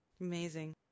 Amazing